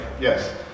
Yes